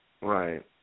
right